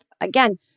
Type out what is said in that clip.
again